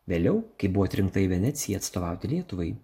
vėliau kai buvo atrinkta į veneciją atstovauti lietuvai